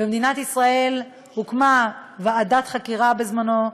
במדינת ישראל הוקמה ועדת חקירה בזמנו,